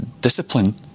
discipline